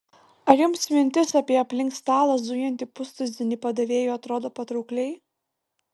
ar jums mintis apie aplink stalą zujantį pustuzinį padavėjų atrodo patraukliai